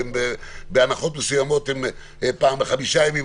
שבהנחות מסוימות פעם בחמישה ימים.